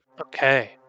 Okay